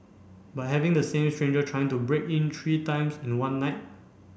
but having the same stranger trying to break in three times in one night